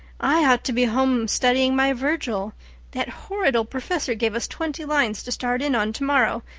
i ought to be home studying my virgil that horrid old professor gave us twenty lines to start in on tomorrow.